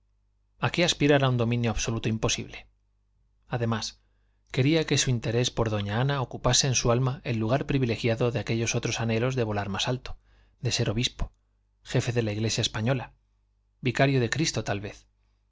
qué aspirar a un dominio absoluto imposible además quería que su interés por doña ana ocupase en su alma el lugar privilegiado de aquellos otros anhelos de volar más alto de ser obispo jefe de la iglesia española vicario de cristo tal vez